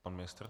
Pan ministr.